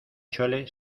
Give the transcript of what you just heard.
chole